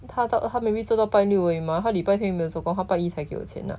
他到他 maybe 做到拜六而已 mah 他礼拜天有没有做工他拜一才给我钱 lah